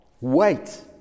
Wait